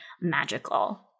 magical